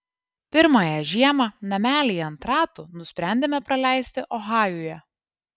pirmąją žiemą namelyje ant ratų nusprendėme praleisti ohajuje